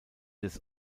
des